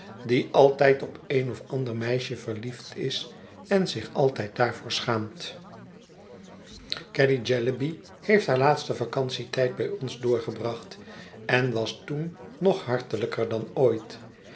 die altijd op een of ander meisje verliefd is en zich altijd daarvoor schaamt caddy jellyby heeft haar laatsten vacantietijd bij ons doorgebracht en was toen nog hartelijker dan ooit